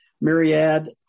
myriad